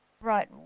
right